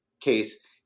case